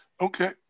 Okay